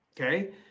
Okay